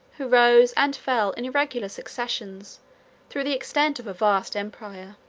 who rose and fell in irregular succession through the extent of a vast empire?